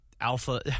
alpha